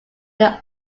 they